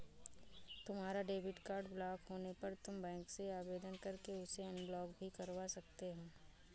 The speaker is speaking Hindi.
तुम्हारा डेबिट कार्ड ब्लॉक होने पर तुम बैंक से आवेदन करके उसे अनब्लॉक भी करवा सकते हो